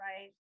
right